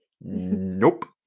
Nope